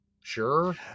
sure